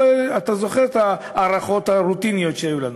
אתה זוכר את ההארכות הרוטיניות שהיו לנו.